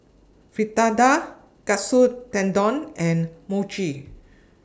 Fritada Katsu Tendon and Mochi